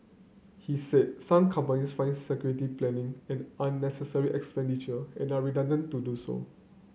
he said some companies find security planning an unnecessary expenditure and are reluctant to do so